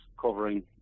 covering